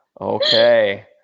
Okay